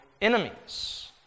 enemies